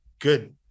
good